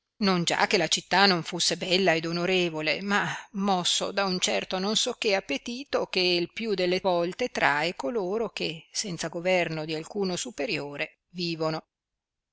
non già che la città non fusse bella ed onorevole ma mosso da un certo non so che appetito che'l più delle volte trae coloro che senza governo di alcuno superiore vivono